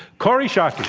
kori schake.